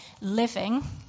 living